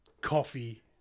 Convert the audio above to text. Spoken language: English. coffee